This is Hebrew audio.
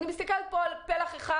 מדובר פה בפלח אחד,